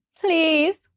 please